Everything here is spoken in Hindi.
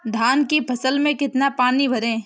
धान की फसल में कितना पानी भरें?